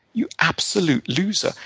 you absolute loser.